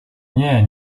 nie